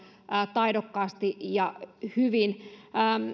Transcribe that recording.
taidokkaasti ja hyvin